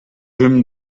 him